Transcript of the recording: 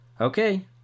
Okay